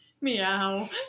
meow